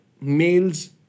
males